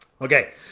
Okay